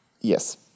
Yes